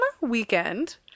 weekend